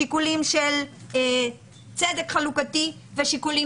שיקולים של צדק חלוקתי ושיקולים